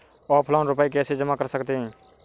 Offline रुपये कैसे जमा कर सकते हैं?